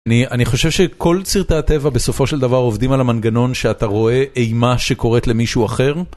ני-אני חושב שכל סרטי הטבע בסופו של דבר עובדים על המנגנון שאתה רואה אימה שקורית למישהו אחר.